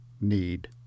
need